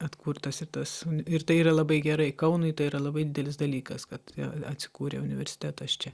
atkurtas ir tas ir tai yra labai gerai kaunui tai yra labai didelis dalykas kad atsikūrė universitetas čia